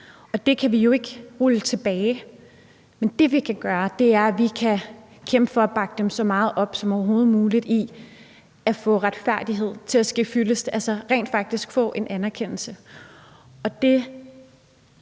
det kan vi jo ikke rulle tilbage. Men det, vi kan gøre, er, at vi kan kæmpe for at bakke dem så meget op som overhovedet mulig i at få retfærdigheden til at ske fyldest, altså rent faktisk få en anerkendelse.